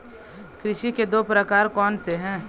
कृषि के दो प्रकार कौन से हैं?